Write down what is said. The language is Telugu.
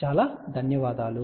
చాలా ధన్యవాదాలు